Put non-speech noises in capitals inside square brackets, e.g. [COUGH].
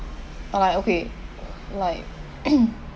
uh like okay like [COUGHS]